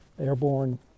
airborne